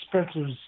Spencer's